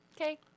okay